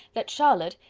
that charlotte,